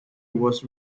was